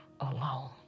alone